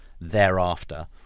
thereafter